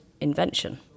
invention